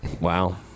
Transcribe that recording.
Wow